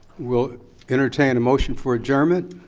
we'll entertain a motion for adjournment.